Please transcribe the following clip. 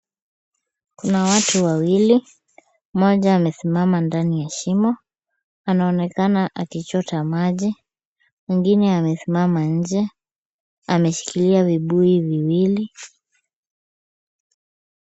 Kuna watu wawili, mmoja amesimama ndani ya shimo. Anaonekana akichota maji. Mwingine amesimama nje ameshikilia vibuyu viwili.